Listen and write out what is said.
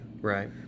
Right